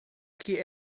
que